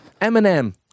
Eminem